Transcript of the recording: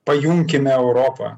pajunkime europą